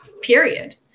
period